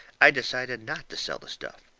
i decided not to sell the stuff.